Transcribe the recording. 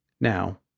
Now